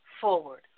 forward